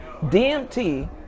DMT